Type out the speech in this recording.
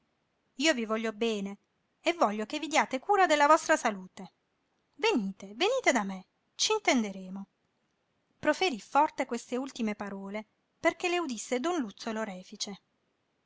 io vi voglio bene e voglio che vi diate cura della vostra salute venite venite da me c'intenderemo proferí forte quest'ultime parole perché le udisse don luzzo l'orefice